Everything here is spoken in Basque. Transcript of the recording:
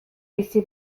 bizi